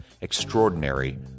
Extraordinary